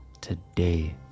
today